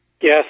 Yes